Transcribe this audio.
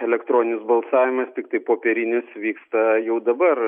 elektroninis balsavimas tiktai popierinis vyksta jau dabar